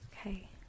Okay